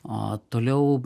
o toliau